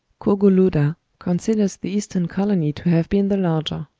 cogolluda considers the eastern colony to have been the larger.